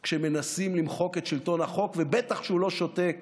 כשמנסים למחוק את שלטון החוק, ובטח שהוא לא שותק